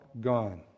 gone